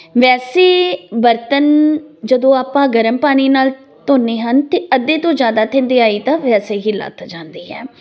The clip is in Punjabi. ਵੈਸੇ ਬਰਤਨ ਜਦੋਂ ਆਪਾਂ ਗਰਮ ਪਾਣੀ ਨਾਲ ਧੋਨੇ ਹਾਂ ਤੇ ਅੱਧੇ ਤੋਂ ਜਿਆਦਾ ਥਿੰਦਿਆਈ ਦਾ ਵੈਸੇ ਹੀ ਲੱਥ ਜਾਂਦੀ ਹੈ